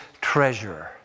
treasure